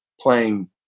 playing